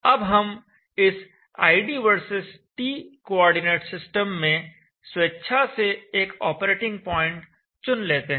अब हम इस id vs t coordinate system में स्वेच्छा से एक ऑपरेटिंग प्वाइंट चुन लेते हैं